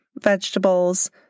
vegetables